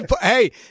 Hey